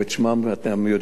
אתם יודעים במי מדובר,